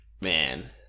man